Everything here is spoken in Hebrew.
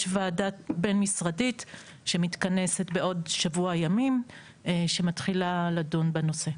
יש ועדה בין משרדית שמתכנסת בעוד שבוע ימים שמתחילה לדון בנושא.